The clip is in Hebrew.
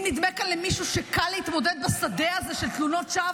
אם למישהו כאן נדמה שקל להתמודד בשדה הזה של תלונות שווא,